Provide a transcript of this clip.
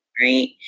Right